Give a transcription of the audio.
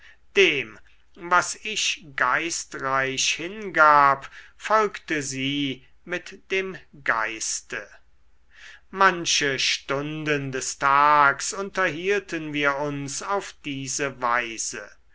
dem was ich geistreich hingab folgte sie mit dem geiste manche stunden des tags unterhielten wir uns auf diese weise